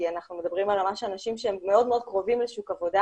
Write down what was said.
אנחנו מדברים על אנשים שהם מאוד מאוד קרובים לשוק עבודה